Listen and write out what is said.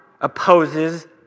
opposes